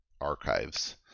archives